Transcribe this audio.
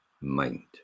mind